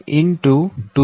Dsr1